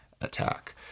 attack